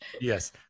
Yes